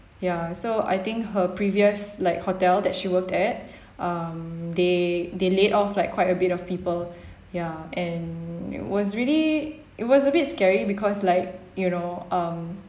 ya so I think her previous like hotel that she worked at um they they laid off like quite a bit of people ya and it was really it was a bit scary because like you know um